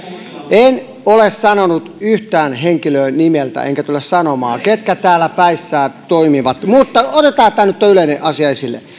en ole sanonut yhtään henkilöä nimeltä enkä tule sanomaan ketkä täällä päissään toimivat mutta otetaan nyt tämä yleinen asia esille